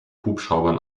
hubschraubern